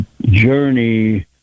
journey